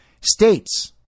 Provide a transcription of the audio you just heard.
states